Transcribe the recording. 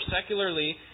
secularly